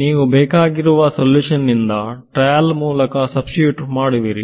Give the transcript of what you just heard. ನೀವು ಬೇಕಾಗಿರುವ ಸಲ್ಯೂಷನ್ ನಿಂದ ಟ್ರಯಲ್ ಮೂಲಕ ಸಬ್ಸ್ಟಿಟ್ಯೂಟ್ ಮಾಡುವಿರಿ